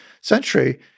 century